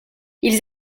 ils